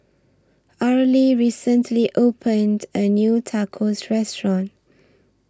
Arely recently opened A New Tacos Restaurant